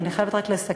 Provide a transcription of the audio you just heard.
אנחנו אתך.